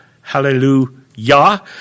hallelujah